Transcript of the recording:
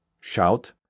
shout